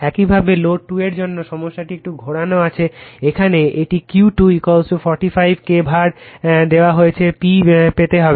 একইভাবে লোড 2 এর জন্য সমস্যাটি একটু ঘোরানো আছে এখানে এটি q 2 45 k VAr দেওয়া হয়েছে P পেতে হবে